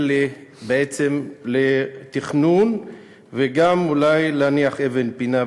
בעצם לתכנון וגם אולי להניח אבן פינה,